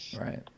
Right